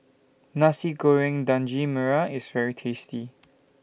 Nasi Goreng Daging Merah IS very tasty